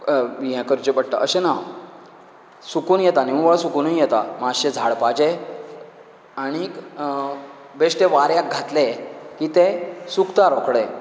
हे करचें पडटा अशें ना सुकून येता निव्वळ सुकूनय येता मातशें झाडपाचे आनीक बेश्टे वाऱ्याक घातले की तें सुकता रोखडे